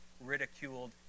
ridiculed